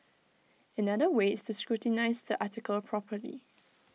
another way is to scrutinise the article properly